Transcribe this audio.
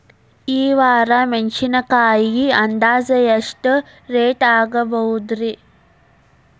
ಈ ವಾರ ಮೆಣಸಿನಕಾಯಿ ಅಂದಾಜ್ ಎಷ್ಟ ರೇಟ್ ಆಗಬಹುದ್ರೇ?